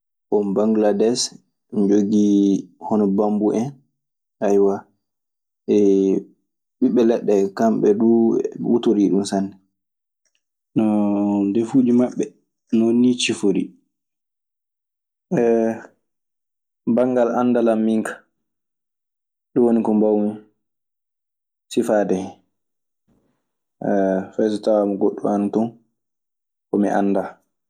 Bon bangladees eɓe njogii hono bambu en. ɓiɓɓe leɗɗe, kamɓe duu eɓe kuutorii ɗun sanne. ndefuuji maɓɓe non nii ciforii. banngal anndal an min ka. Ɗun woni ko mbawmi sifaade hen, ayo fey tawaama foɗɗun anton ko mi anda.